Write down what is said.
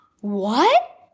what